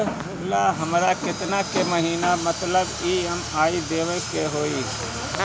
ऋण चुकावेला हमरा केतना के महीना मतलब ई.एम.आई देवे के होई?